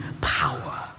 power